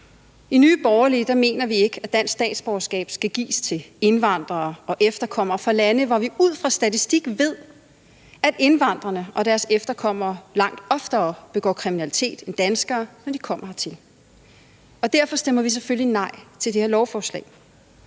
I Nye Borgerlige mener vi ikke, at dansk statsborgerskab skal gives til indvandrere og efterkommere fra lande, hvor vi ud fra statistikken ved, at indvandrerne og deres efterkommere langt oftere begår kriminalitet end danskere, når de kommer hertil. Og derfor stemmer vi selvfølgelig nej til det her lovforslag.